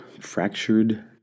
Fractured